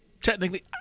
Technically